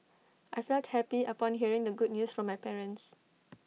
I felt happy upon hearing the good news from my parents